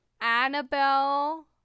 Annabelle